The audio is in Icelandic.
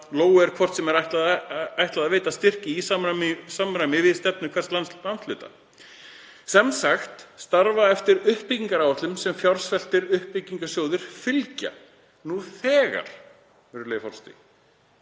Lóu er hvort sem er ætlað að veita styrki í samræmi við stefnu hvers landshluta. Sem sagt starfa eftir uppbyggingaráætlunum sem fjársveltir uppbyggingarsjóðir fylgja.“ Það er til